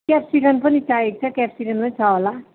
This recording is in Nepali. क्यापसिकम पनि चाहिएको छ क्यापसिकम पनि छ होला